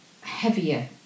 heavier